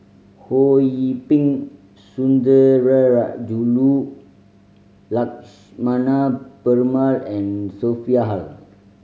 Ho Yee Ping Sundarajulu Lakshmana Perumal and Sophia Hull